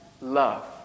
love